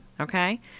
okay